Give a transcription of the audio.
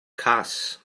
cas